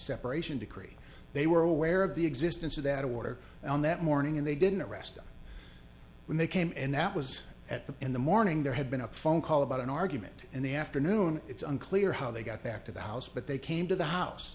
separation decree they were aware of the existence of that water on that morning and they didn't arrest them when they came in that was at the in the morning there had been a phone call about an argument in the afternoon it's unclear how they got back to the house but they came to the house